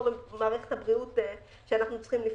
במערכת הבריאות שאנחנו צריכים לפתור.